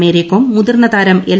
മേരികോം മുതിർന്നതാരം എൽ